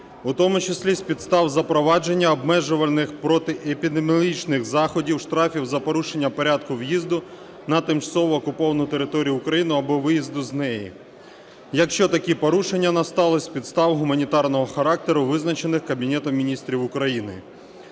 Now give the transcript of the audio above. у тому числі з підстав запровадження обмежувальних протиепідеміологічних заходів, штрафів за порушення порядку в'їзду на тимчасово окуповану територію України або виїзду з неї, якщо такі порушення настали з підстав гуманітарного характеру, визначених Кабінетом Міністрів України.